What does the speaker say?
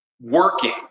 working